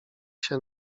się